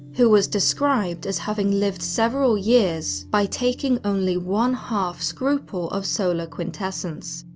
who was described as having lived several years by taking only one half scrupule of solar quintessence.